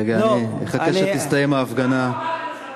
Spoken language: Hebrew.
רגע, אני אחכה שתסתיים ההפגנה.